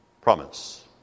promise